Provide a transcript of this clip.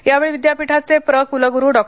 यावेळी विद्यापीठाचे प्र कुलगुरू डॉ